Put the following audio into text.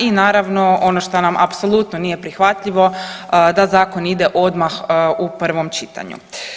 I naravno ono što nam apsolutno nije prihvatljivo da zakon ide odmah u prvo čitanju.